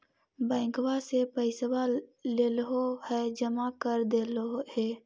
बैंकवा से पैसवा लेलहो है जमा कर देलहो हे?